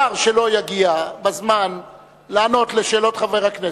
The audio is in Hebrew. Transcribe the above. שר שלא יגיע בזמן לענות על שאלות חבר הכנסת,